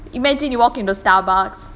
imagine you walk into Starbucks